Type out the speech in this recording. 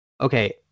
okay